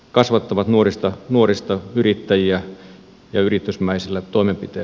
se kasvattaa nuorista yrittäjiä yritysmäisillä toimenpiteillä